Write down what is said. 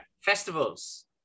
Festivals